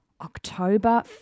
October